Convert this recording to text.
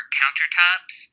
countertops